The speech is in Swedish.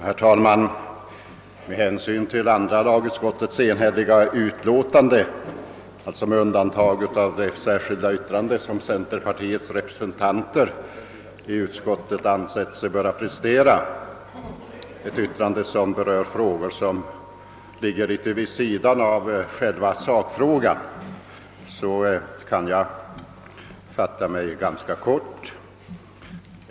Herr talman! Med hänsyn till att andra lagutskottets utlåtande är enhälligt — med undantag för det särskilda yttrande som centerpartiets representanter i utskottet ansett sig böra framlägga och som berör problem som ligger litet vid sidan av själva sakfrågan — kan jag fatta mig ganska kort.